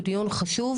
הוא דיון חשוב,